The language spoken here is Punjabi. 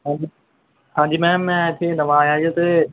ਹਾਜੀ ਹਾਂਜੀ ਮੈਮ ਮੈਂ ਇੱਥੇ ਨਵਾਂ ਆਇਆ ਜੀ ਅਤੇ